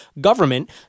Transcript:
government